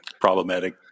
problematic